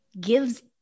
gives